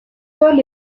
sol